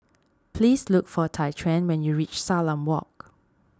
please look for Tyquan when you reach Salam Walk